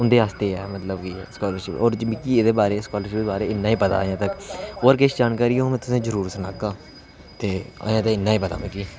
उं'दे आस्तै ऐ मतलब कि स्कालरशिप मिकी एह्दे बारे च स्कालरशिप दे बारे च इन्ना गै पता अजतक होर किश जानकारी होग ते ओह् में तुसेंगी जरुर सनागा ते अजें ते इन्ना गै पता मिगी